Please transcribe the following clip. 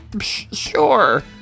sure